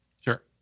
Sure